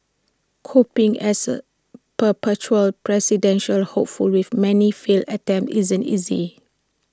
coping as A perpetual presidential hopeful with many failed attempts isn't easy